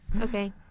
Okay